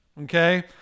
Okay